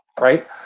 right